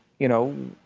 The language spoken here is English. you know,